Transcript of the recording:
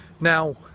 Now